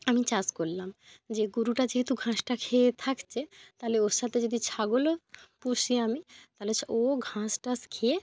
আমি চাষ করলাম যে গরুটা যেহেতু ঘাসটা খেয়ে থাকছে তাহলে ওর সাথে যদি ছাগলও পুষি আমি তাহলে ও ঘাস টাস খেয়ে